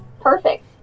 perfect